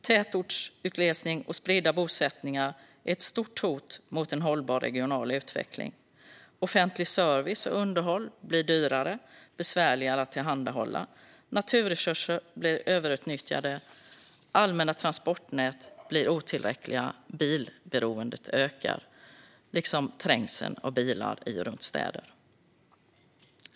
Tätortsutglesning och spridda bosättningar är ett stort hot mot en hållbar regional utveckling. Offentlig service och underhåll blir dyrare och besvärligare att tillhandahålla, naturresurser blir överutnyttjade, allmänna transportnät blir otillräckliga och bilberoendet ökar liksom trängseln av bilar i och runt städer.